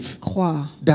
croire